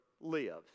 lives